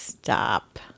Stop